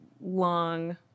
long